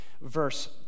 verse